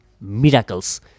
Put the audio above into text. miracles